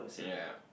ya